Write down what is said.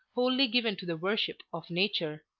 wholly given to the worship of nature.